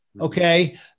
okay